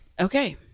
Okay